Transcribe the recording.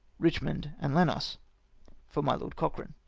richmond and lenos. for my lord cochrane.